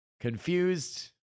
confused